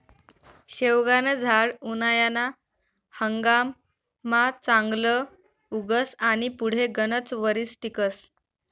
शेवगानं झाड उनायाना हंगाममा चांगलं उगस आनी पुढे गनच वरीस टिकस